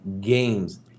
games